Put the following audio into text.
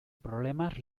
problemas